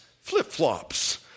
flip-flops